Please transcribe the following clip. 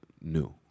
new